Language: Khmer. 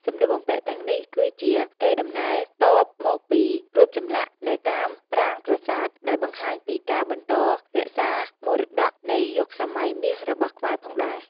សម្លៀកបំពាក់់ទាំងនេះគឺជាកេរដំណែលតមកពីរូបចម្លាក់នៅតាមប្រាង្គប្រសាទ ដែលបង្ហាញពីការបន្តរក្សាមរតក៌នៃយុគសម័យមាសរបស់ខ្មែរផងដែរ។